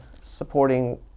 supporting